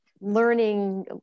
learning